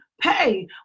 pay